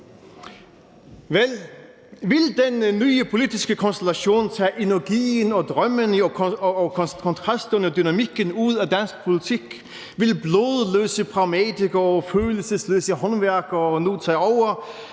Vil den nye politiske konstellation tage energien, drømmene, kontrasterne og dynamikken ud af dansk politik? Vil blodløse pragmatikere og følelsesløse håndværkere nu tage over?